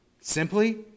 Simply